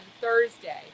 Thursday